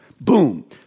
Boom